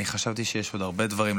חשבתי שיש עוד הרבה דברים.